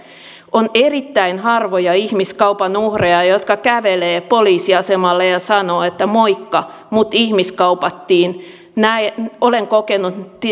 on erittäin harvoja ihmiskaupan uhreja jotka kävelevät poliisiasemalle ja sanovat että moikka minut ihmiskaupattiin olen kokenut